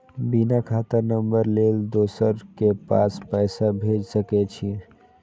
बिना खाता नंबर लेल दोसर के पास पैसा भेज सके छीए?